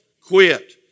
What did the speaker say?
quit